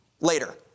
later